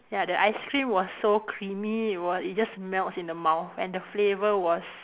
ya the ice cream was so creamy it was it just melts in the mouth and the flavour was